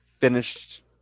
finished